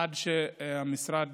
עד שהמשרד